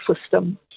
system